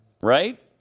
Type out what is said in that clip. Right